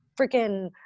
freaking